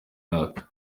mwaka